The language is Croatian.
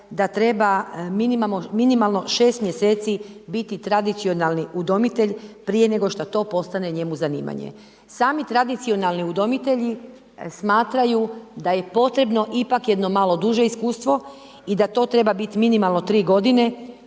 da treba minimalno 6 mjeseci biti tradicionalni udomitelj prije nego što to postane njemu zanimanje. Sami tradicionalni udomitelji smatraju da je potrebno ipak jedno malo duže iskustvo i da to treba biti minimalno 3 godine,